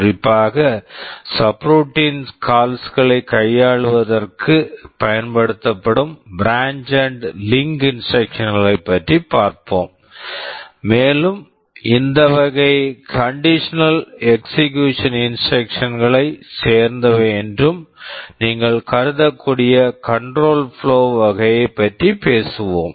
குறிப்பாக subroutine calls subroutine calls களைக் கையாளுவதற்குப் பயன்படுத்தப்படும் branch and link branch and link instruction instruction களைப் பற்றிப் பார்ப்போம் மேலும் இந்த வகை conditional execution instruction conditional execution instruction களைச் சேர்ந்தவை என்றும் நீங்கள் கருதக்கூடிய கண்ட்ரோல் ப்ளோவ் control flow வகையைப் பற்றி பேசுவோம்